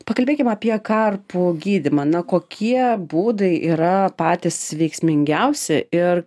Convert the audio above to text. pakalbėkim apie karpų gydymą na kokie būdai yra patys veiksmingiausi ir